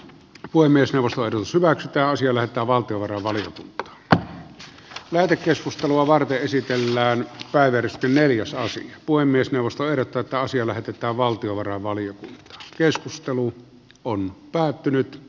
puhemies ja osoitus hyväksytään sillä että valtiovarainvalitut rehut lähetekeskustelua varten esitellään kaivertimeen jossa se puhemiesneuvosto ehdottaa että asia lähetetään hallintovaliokuntaan